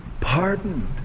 pardoned